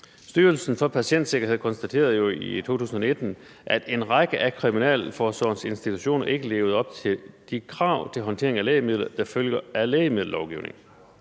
Styrelsen for Patientsikkerhed konstaterede jo i 2019, at en række af Kriminalforsorgens institutioner ikke levede op til de krav til håndtering af lægemidler, der følger af lægemiddellovgivningen.